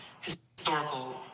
historical